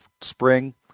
spring